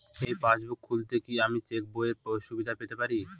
এই পাসবুক খুললে কি আমি চেকবইয়ের সুবিধা পেতে পারি?